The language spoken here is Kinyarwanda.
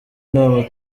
nama